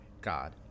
god